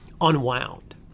unwound